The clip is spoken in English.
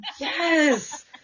Yes